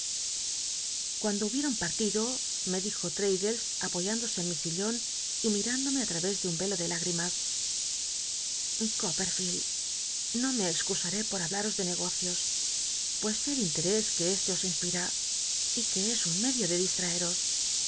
cuando lwbieron partido me dijo l'raddles apoyándose en mi sillon y mirándome á lral'és de un velo de higrimas copperfield no me excusaré por hablaros de negocios pues sé el interés que este os inspira y que es un medio de distraeros